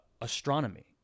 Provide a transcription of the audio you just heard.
Astronomy